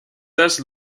thus